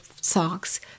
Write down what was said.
socks